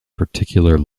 particular